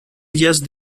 ellas